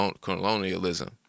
colonialism